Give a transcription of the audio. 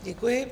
Děkuji.